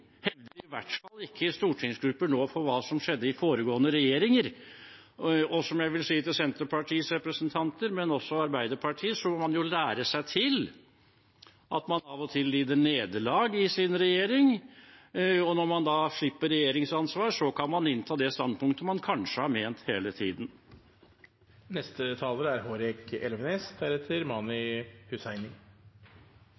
i hvert fall ikke stortingsgrupper for hva som skjedde i foregående regjeringer. Jeg vil si til Senterpartiets representanter, men også til Arbeiderpartiets, at man må lære at man av og til lider nederlag i regjering, og når man da slipper regjeringsansvar, kan man innta det standpunktet man kanskje har hatt hele tiden. Dersom engasjementet i denne saken for å finne en god løsning for de mange menneskene som berøres av dette, er